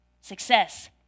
success